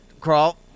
crawl